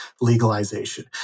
legalization